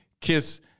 kiss